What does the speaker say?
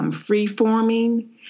free-forming